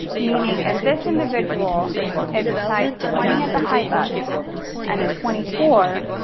meaning if this individual is a size twenty at the high bust and a twenty four,